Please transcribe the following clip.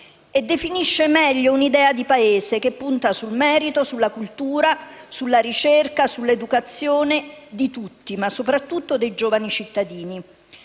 e definisce meglio un'idea di Paese che punta sul merito, sulla cultura, sulla ricerca e sull'educazione di tutti, ma soprattutto dei giovani cittadini.